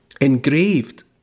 engraved